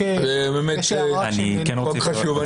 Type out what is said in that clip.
חוק חשוב.